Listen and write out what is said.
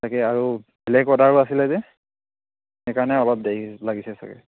তাকে আৰু বেলেগ অৰ্ডাৰো আছিলে যে সেইকাৰণে অলপ দেৰি লাগিছে চাগে